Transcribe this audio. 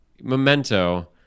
memento